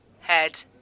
head